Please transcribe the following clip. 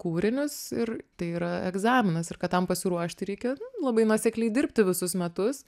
kūrinius ir tai yra egzaminas ir kad tam pasiruošti reikia labai nuosekliai dirbti visus metus